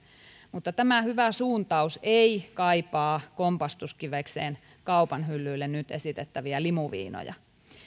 mutta tämä hyvä suuntaus ei kaipaa kompastuskivekseen kaupan hyllyille nyt esitettäviä limuviinoja